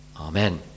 Amen